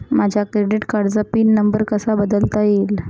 माझ्या क्रेडिट कार्डचा pin number कसा बदलता येईल?